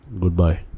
Goodbye